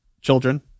children